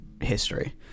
history